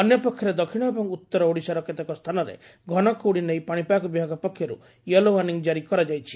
ଅନ୍ୟପକ୍ଷରେ ଦକ୍ଷିଣ ଏବଂ ଉଉର ଓଡ଼ିଶାର କେତେକ ସ୍ସାନରେ ଘନକୁହୁଡ଼ି ନେଇ ପାଶିପାଗ ବିଭାଗ ପକ୍ଷର୍ ୟେଲୋ ୱାର୍ଷ୍ଡିଂ ଜାରି କରାଯାଇଛି